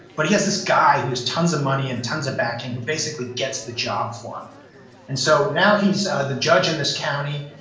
but he has this guy who has tons of money and tons of backing, who basically gets the job for him and so now he's the judge in this county,